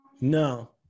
No